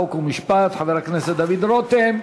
חוק ומשפט חבר הכנסת דוד רותם.